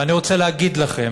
ואני רוצה להגיד לכם